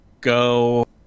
go